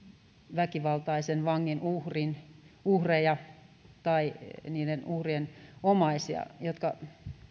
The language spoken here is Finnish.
väkivaltaisen vangin uhreja tai niiden uhrien omaisia jotka